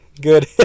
Good